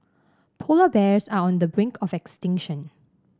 polar bears are on the brink of extinction